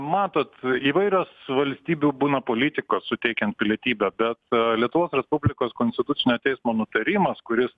matot įvairios valstybių būna politikos suteikiant pilietybę bet lietuvos respublikos konstitucinio teismo nutarimas kuris